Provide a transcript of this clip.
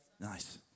nice